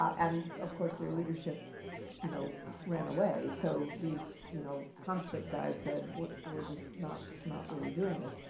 and of course, their leadership you know ran away. so these you know conscript guys said, we're we're just not not really doing this.